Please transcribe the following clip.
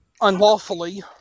unlawfully